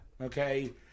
Okay